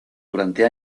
durante